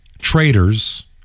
traitors